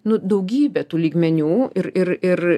nu daugybė tų lygmeniu ir ir ir